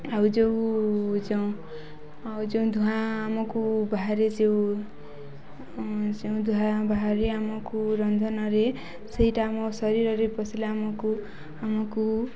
ଆଉ ଯେଉଁ ଯେଉଁ ଆଉ ଯେଉଁ ଧୂଆଁ ଆମକୁ ବାହାରେ ଯେଉଁ ଯେଉଁ ଧୂଆଁ ବାହାରେ ଆମକୁ ରନ୍ଧନରେ ସେଇଟା ଆମ ଶରୀରରେ ପଶିଲା ଆମକୁ ଆମକୁ